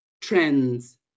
trends